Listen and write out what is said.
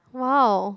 !wow!